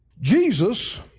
Jesus